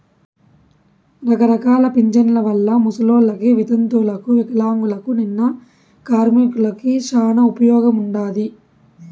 రకరకాల పింఛన్ల వల్ల ముసలోళ్ళకి, వితంతువులకు వికలాంగులకు, నిన్న కార్మికులకి శానా ఉపయోగముండాది